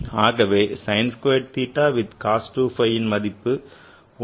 ஆகவே sin squared theta with cos 2 phi வின் மதிப்பு 1 ஆகும்